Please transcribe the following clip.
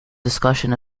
discussion